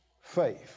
faith